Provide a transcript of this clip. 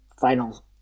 final